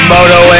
Moto